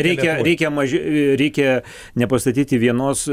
reikia reikia maži reikia nepastatyti vienos